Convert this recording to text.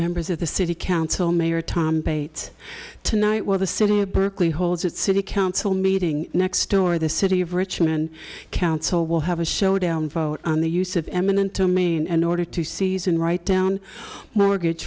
members of the city council mayor tom bates tonight while the city of berkeley holds its city council meeting next door the city of richmond council will have a showdown vote on the use of eminent domain and order to season right down mortgage